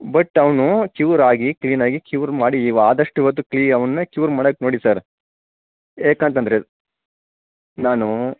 but ಅವನು cure ಆಗಿ clean ಆಗಿ ಕ್ಯೂರ್ ಮಾಡಿ ನೀವು ಆದಷ್ಟು ಇವತ್ತು ಕ್ಲೀ ಅವನ್ನ ಕ್ಯೂರ್ ಮಾಡಕೆ ನೋಡಿ ಸರ್ ಏಕೆ ಅಂತಂದರೆ ನಾನು